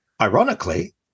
Ironically